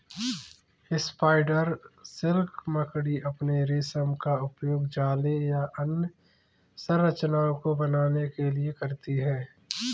spider silk मकड़ी अपने रेशम का उपयोग जाले या अन्य संरचनाओं को बनाने के लिए करती हैं